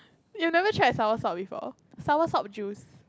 you never tried soursop before soursop juice